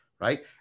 Right